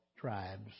tribes